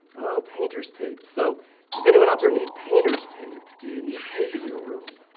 oh, painter's tape. so does anyone out there need painter's tape? do you need tape in your room?